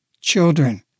Children